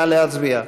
נא להצביע.